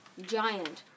giant